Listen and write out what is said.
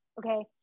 Okay